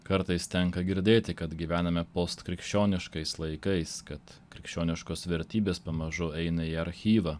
kartais tenka girdėti kad gyvename post krikščioniškais laikais kad krikščioniškos vertybės pamažu eina į archyvą